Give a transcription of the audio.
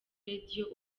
radio